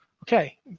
Okay